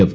F